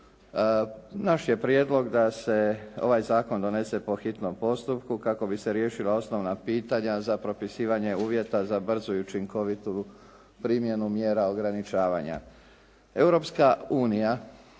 Naš je prijedlog da se ovaj zakon donese po hitnom postupku kako bi se riješila osnovna pitanja za propisivanje uvjeta za brzu i učinkovitu primjenu mjera ograničavanja.